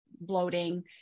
bloating